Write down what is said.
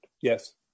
Yes